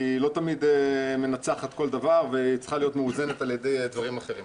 היא לא תמיד מנצחת כל דבר והיא צריכה להיות מאוזנת על ידי דברים אחרים.